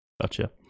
Gotcha